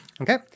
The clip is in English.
Okay